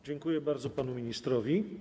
Dziękuję bardzo panu ministrowi.